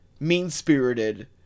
mean-spirited